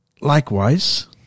Likewise